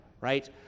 right